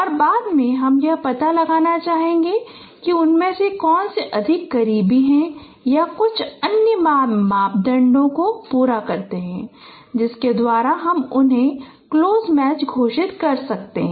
और बाद में हम यह पता लगाना चाहेगे कि उनमें से कौन अधिक करीब है या कुछ अन्य मानदंडों को पूरा करते है जिसके द्वारा हम उन्हें क्लोज मैच घोषित कर सकते है